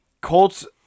Colts